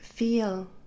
feel